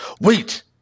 wait